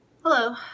Hello